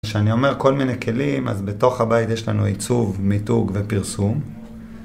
כשאני אומר כל מיני כלים אז בתוך הבית יש לנו עיצוב, מיתוג ופרסום